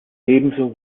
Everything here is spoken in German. ebenso